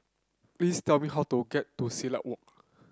please tell me how to get to Silat Walk